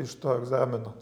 iš to egzamino